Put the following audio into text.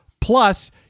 plus